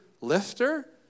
lifter